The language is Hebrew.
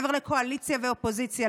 מעבר לקואליציה ואופוזיציה,